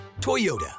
Toyota